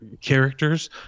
characters